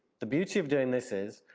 the beauty of doing this is,